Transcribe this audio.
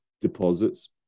deposits